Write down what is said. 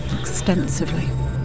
Extensively